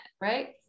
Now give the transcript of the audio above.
right